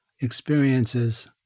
experiences